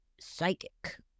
psychic